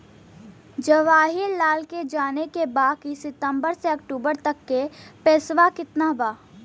जवाहिर लाल के जाने के बा की सितंबर से अक्टूबर तक के पेसवा कितना बा?